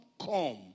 come